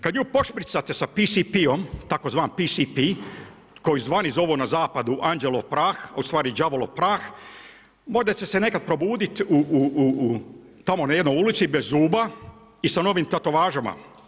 Kad nju pošpricate sa PSP-om tzv. PSP koji vani zovu na zapadu anđelov prah, a u stvari đavolov prah možda će se nekad probudit tamo na jednoj ulici bez zuba i sa novim tetovažama.